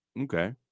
Okay